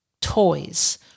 toys